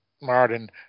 Martin